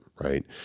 right